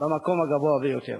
במקום הגבוה ביותר.